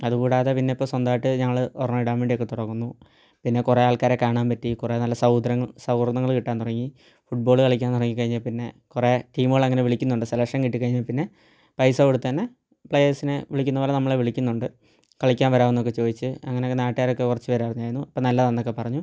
അത് കൂടാതെ പിന്നെ ഇപ്പം സ്വന്തമായിട്ട് ഞങ്ങൾ ഒരെണ്ണം ഇടാൻ വേണ്ടിയൊക്കെ തുടങ്ങുന്നു പിന്നെ കുറെ ആൾക്കാരെ കാണാൻ പറ്റി കുറെ നല്ല സൗഹൃദങ്ങൾ സൗഹൃദങ്ങൾ കിട്ടാൻ തുടങ്ങി ഫുട്ബോള് കളിക്കാൻ തുടങ്ങി കഴിഞ്ഞേ പിന്നെ കുറെ ടീമുകൾ അങ്ങനെ വിളിക്കുന്നുണ്ട് സെലക്ഷൻ കിട്ടിക്കഴിഞ്ഞേ പിന്നെ പൈസ കൊടുത്തന്നെ പ്ലെയേഴ്സിനെ വിളിക്കുന്നത് പോലെ നമ്മളെ വിളിക്കുന്നുണ്ട് കളിക്കാൻ വരാവോന്നൊക്കെ ചോദിച്ച് അങ്ങനെ നാട്ടുകാരൊക്കെ കുറച്ച് പേർ അറിഞ്ഞായിരുന്നു അപ്പം നല്ലതാന്നൊക്കെ പറഞ്ഞു